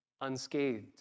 unscathed